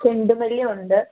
ചെണ്ടുമല്ലിയുണ്ട്